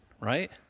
right